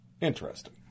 Interesting